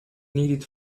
needed